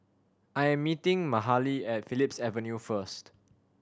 I am meeting Mahalie at Phillips Avenue first